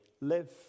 live